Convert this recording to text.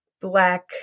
black